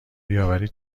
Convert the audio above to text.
بیاوری